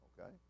okay